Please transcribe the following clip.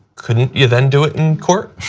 couldn't you then do in court?